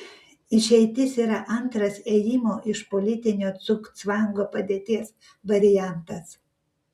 išeitis yra antras ėjimo iš politinio cugcvango padėties variantas